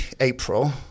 April